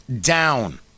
down